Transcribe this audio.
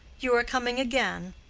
you are coming again.